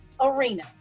arena